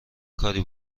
کاری